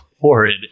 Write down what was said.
horrid